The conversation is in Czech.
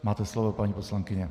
Máte slovo, paní poslankyně.